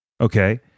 Okay